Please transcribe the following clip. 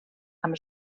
amb